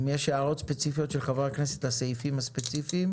אם יש הערות ספציפיות של חברי הכנסת לסעיפים הספציפיים,